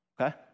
okay